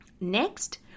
Next